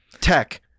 tech